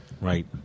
Right